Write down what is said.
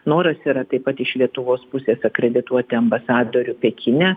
noras yra taip pat iš lietuvos pusės akredituoti ambasadorių pekine